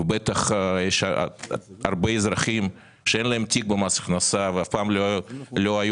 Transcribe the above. בטח יש הרבה אזרחים - שאין להם תיק במס הכנסה ואף פעם לא הייתה